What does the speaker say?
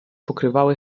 pokrywały